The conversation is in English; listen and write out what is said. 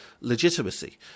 legitimacy